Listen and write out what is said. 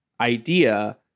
idea